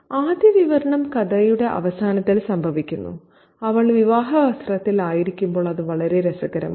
ആദ്യ വിവരണം കഥയുടെ അവസാനത്തിൽ സംഭവിക്കുന്നു അവൾ വിവാഹ വസ്ത്രത്തിൽ ആയിരിക്കുമ്പോൾ അത് വളരെ രസകരമാണ്